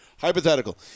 Hypothetical